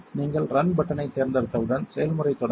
நீங்கள் ரன் பட்டனைத் தேர்ந்தெடுத்தவுடன் செயல்முறை தொடங்கும்